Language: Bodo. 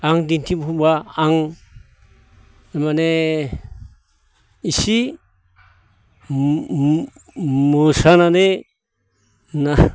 आं दिन्थिफुंब्ला आं माने इसे मोसानानै ना